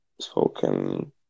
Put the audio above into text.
spoken